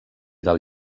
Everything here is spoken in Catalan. del